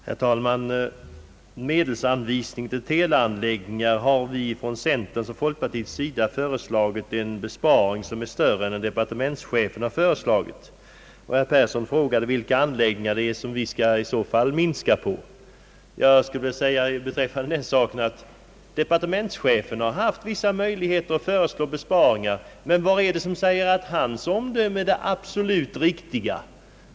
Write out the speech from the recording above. Herr talman! I fråga om medelsanvisning till TV-anläggningar har vi från centerns och folkpartiets sida föreslagit en besparing som är större än den departementschefen har föreslagit. Herr Persson frågade vilka anläggningar vi i så fall skall minska på. Beträffande den saken vill jag säga att departementschefen har haft vissa möjligheter att föreslå besparingar, men vad är det som säger att hans omdöme är det absolut riktiga?